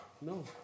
No